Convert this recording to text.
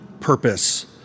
purpose